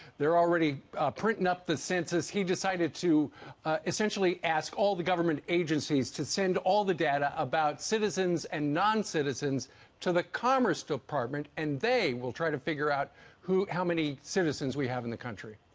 they're already printing up the census, he decided to essentially ask all the government agencies to send all data about citizens and non-citizens to the commerce department and they will try to figure out who, how many citizens we have in the country?